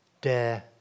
dare